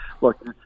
look